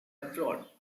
abroad